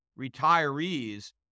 retirees